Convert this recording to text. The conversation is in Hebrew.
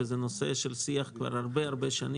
וזה נושא של שיח כבר שנים רבות מאוד.